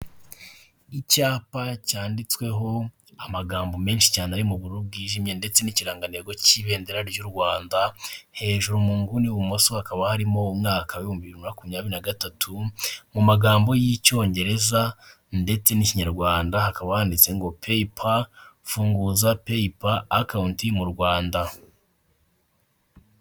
Icyapa cyanditsweho amagambo menshi cyane ari mubururu bwijimye ndetse n'ikirangantego cy'ibendera ry'u Rwanda hejuru mubumoso hakaba harimo umwaka ibihumbi makumyabiri nagatatu mu magambo y'icyongereza ndetse n'ikinyarwandakabawanditse ngo paypar funguza paype account mu rwanda.